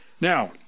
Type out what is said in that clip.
Now